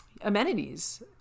amenities